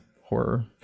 horror